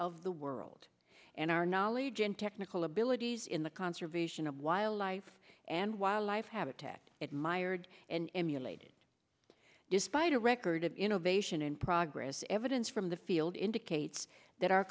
of the world and our knowledge and technical abilities in the conservation of wildlife and wildlife habitat it mired in emulated despite a record of innovation in progress evidence from field indicates that